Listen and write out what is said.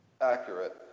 Accurate